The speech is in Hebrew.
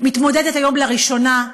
מתמודדת היום לראשונה,